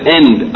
end